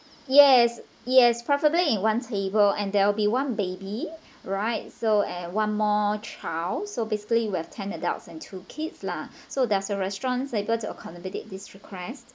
yes yes preferably in one table and there will be one baby right so and one more child so basically we have ten adults and two kids lah so does the restaurant able to accommodate this request